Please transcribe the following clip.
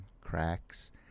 cracks